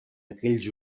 aquells